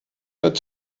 wird